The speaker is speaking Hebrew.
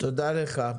תודה לך.